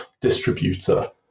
distributor